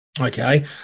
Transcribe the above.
okay